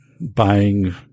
Buying